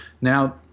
now